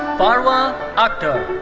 farwa akhtar.